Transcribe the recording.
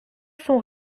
son